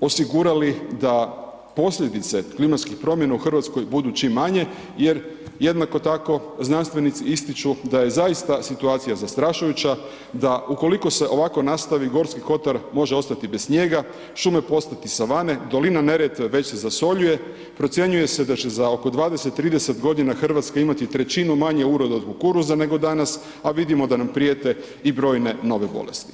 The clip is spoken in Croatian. osigurali da posljedice klimatskih promjena u Hrvatskoj budu čim manje jer jednako tako, znanstvenici ističu da je zaista situacija zastrašujuća, da ukoliko se ovako nastavi, Gorski kotar može ostati bez snijega, šume postati savane, dolina Neretve već se zasoljuje, procjenjuje se da će za oko 20, 30 g. Hrvatska imati 1/3 manje uroda od kukuruza nego dana a vidimo da nam prijete i brojne nove bolesti.